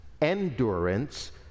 endurance